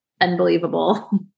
unbelievable